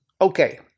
okay